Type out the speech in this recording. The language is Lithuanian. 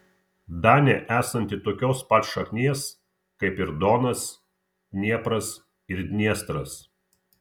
danė esanti tokios pat šaknies kaip ir donas dniepras ir dniestras